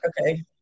Okay